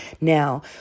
Now